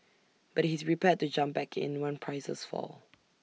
but he's prepared to jump back in once prices fall